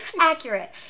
Accurate